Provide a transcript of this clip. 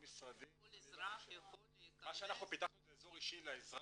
כל אזרח יכול להכנס --- מה שאנחנו פיתחנו זה אזור אישי לאזרח,